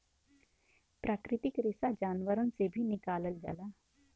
प्राकृतिक रेसा जानवरन से भी निकालल जाला